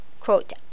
Quote